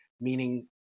meaning